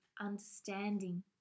understanding